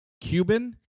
Cuban